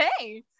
okay